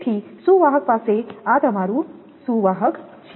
તેથી સુવાહક પાસે આ તમારું સુવાહક છે